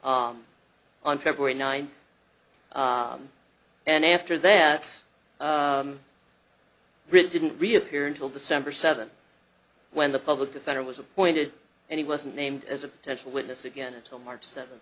on february ninth and after that really didn't reappear until december seventh when the public defender was appointed and he wasn't named as a potential witness again until march seven